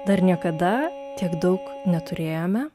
dar niekada tiek daug neturėjome